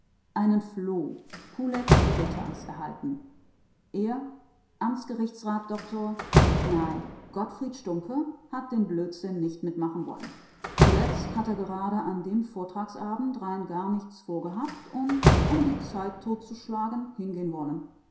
einen floh pulex irretans erhalten er amtsgerichtsrat dr nein gottfried stumpe hat den blödsinn nicht mitmachen wollen zuletzt hat er gerade an dem vortragsabend rein gar nichts vorgehabt und um die zeit totzuschlagen hingehen wollen